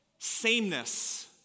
sameness